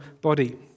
body